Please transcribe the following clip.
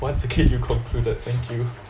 once again you concluded thank you